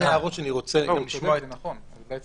אין